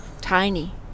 tiny